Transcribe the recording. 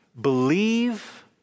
Believe